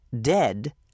dead